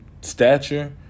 stature